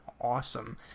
awesome